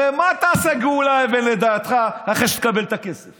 הרי מה תעשה גאולה, לדעתך, אחרי שתקבל את הכסף